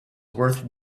worth